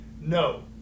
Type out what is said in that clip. no